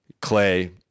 clay